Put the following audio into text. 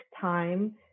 time